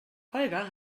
holger